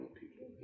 people